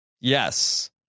Yes